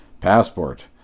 passport